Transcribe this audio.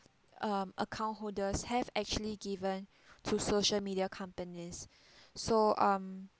um account holders have actually given to social media companies so um